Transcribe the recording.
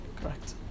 Correct